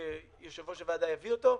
כשיושב-ראש הוועדה יביא אותו,